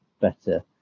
better